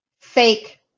fake